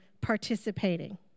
participating